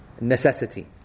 necessity